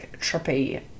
trippy